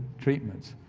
treatments.